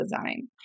design